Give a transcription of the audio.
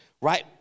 right